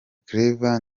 claver